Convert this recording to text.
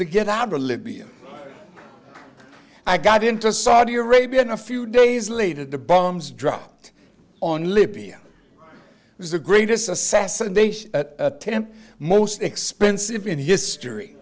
to get out to libya i got into saudi arabia in a few days later the bombs dropped on libya was the greatest assassination attempt most expensive in history